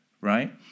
right